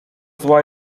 zła